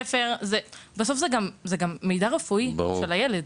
בסוף מדובר במידע רפואי של הילד.